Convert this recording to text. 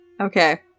Okay